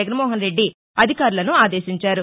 జగన్మోహన రెడ్డి అధికారులను ఆదేశించారు